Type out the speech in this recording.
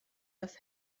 das